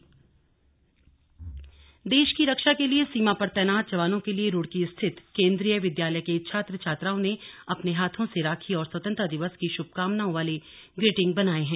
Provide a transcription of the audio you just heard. slug जवानों को राखी देश की रक्षा के लिए सीमा पर तैनात जवानों के लिए रूड़की स्थित केंद्रीय विद्यालय के छात्र छात्राओं ने अपने हाथों से राखी और स्वतंत्रता दिवस की शुभकामनाओं वाले ग्रीडिंग कार्ड बनाए हैं